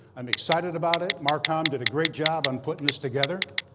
i'm excited about it. marcom did a great job on putting this together.